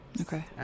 okay